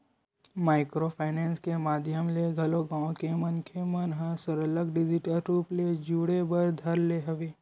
micro finance के माधियम ले घलो गाँव के मनखे मन ह सरलग डिजिटल रुप ले जुड़े बर धर ले हवय